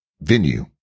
venue